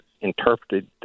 interpreted